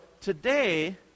today